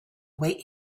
wait